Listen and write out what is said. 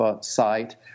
site